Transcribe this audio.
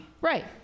Right